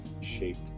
Shaped